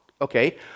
okay